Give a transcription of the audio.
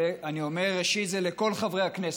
לכל, אני אומר, ראשית, זה לכל חברי הכנסת.